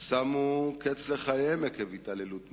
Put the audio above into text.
שמו קץ לחייהם עקב התעללות מפקדים,